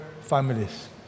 families